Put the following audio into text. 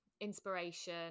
inspiration